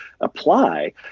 apply